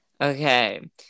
Okay